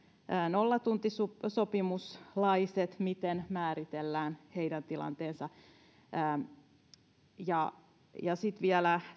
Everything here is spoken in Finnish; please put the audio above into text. nollatuntisopimuslaiset miten määritellään heidän tilanteensa sitten vielä